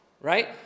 Right